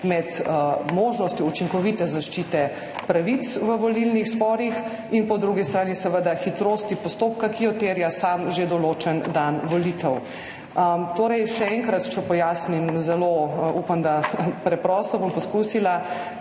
med možnostjo učinkovite zaščite pravic v volilnih sporih in po drugi strani seveda hitrosti postopka, ki jo terja sam že določen dan volitev. Še enkrat, če pojasnim zelo, upam, da preprosto, bom poskusila.